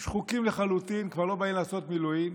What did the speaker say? שחוקים לחלוטין, כבר לא באים לעשות מילואים.